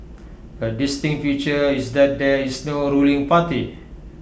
A distinct feature is that there is no ruling party